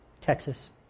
Texas